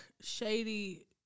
shady